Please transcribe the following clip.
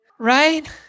right